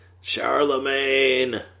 Charlemagne